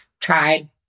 tried